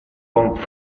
bon